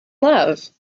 love